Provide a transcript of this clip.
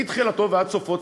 מתחילתו ועד סופו,